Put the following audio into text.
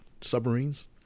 submarines